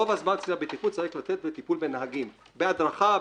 רוב הזמן קצין הבטיחות צריך לתת בטיפול בנהגים בהדרכה,